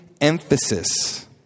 emphasis